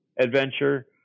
adventure